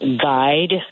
guide